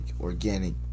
organic